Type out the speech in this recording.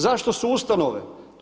Zašto su ustanove?